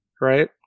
right